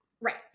Right